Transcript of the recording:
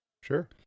Sure